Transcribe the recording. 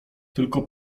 tylko